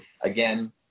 again